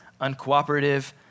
uncooperative